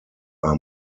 are